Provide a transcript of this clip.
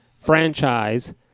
franchise